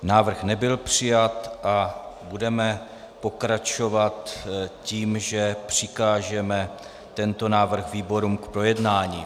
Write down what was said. Návrh nebyl přijat a budeme pokračovat tím, že přikážeme tento návrh výborům k projednání.